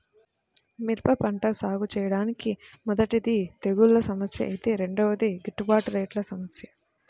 మిరప పంట సాగుచేయడానికి మొదటిది తెగుల్ల సమస్య ఐతే రెండోది గిట్టుబాటు రేట్ల సమస్య